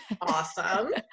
awesome